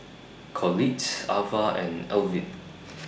Collette Avah and Elvin